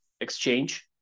exchange